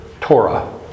Torah